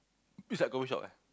it's like coffee shop leh